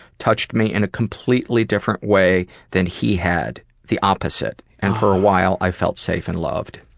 touched me in a completely different way than he had. the opposite. and for a while, i felt safe and loved.